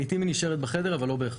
לעתים היא נשארת בחדר, אבל לא בהכרח.